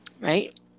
right